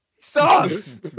Sucks